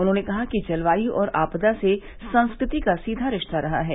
उन्होंने कहा कि जलवायु और आपदा से संस्कृति का सीधा रिश्ता रहा है